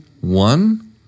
one